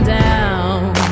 down